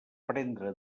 prendre